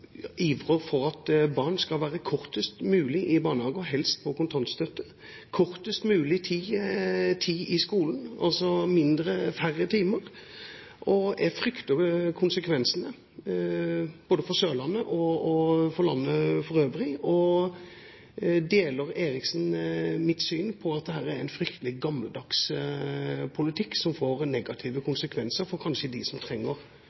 ivrer for at barn skal være kortest mulig i barnehage og helst få kontantstøtte, og kortest mulig i skolen, altså ha færre timer. Jeg frykter konsekvensene, både for Sørlandet og for landet for øvrig. Deler Eriksen mitt syn på at dette er en fryktelig gammeldags politikk, som får negative konsekvenser for dem som kanskje aller mest trenger